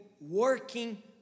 working